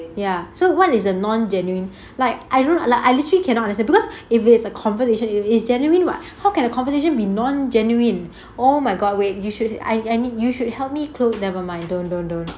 ya what is a non genuine like I don't like I literally cannot understand because if it's a conversation it is genuine [what] how can a conversation be non genuine oh my god way you should I I need you should help me close never mind don't don't don't